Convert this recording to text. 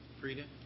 Frida